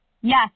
Yes